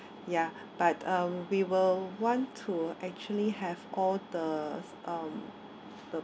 yeah but um we will want to actually have all the um